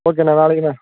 ஓகேண்ணே நாளைக்கு நான்